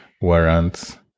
warrants